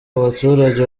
baturage